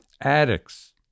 addicts